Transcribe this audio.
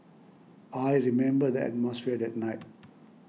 I remember the atmosphere that night